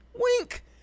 Wink